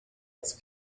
its